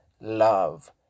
love